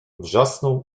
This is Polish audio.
wrzasnął